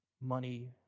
money